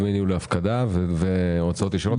דמי ניהול להפקדה והוצאות ישירות?